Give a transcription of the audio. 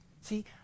See